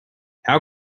how